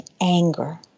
anger